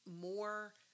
more